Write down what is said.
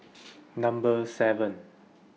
Number seven